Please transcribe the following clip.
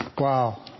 wow